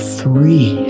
three